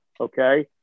Okay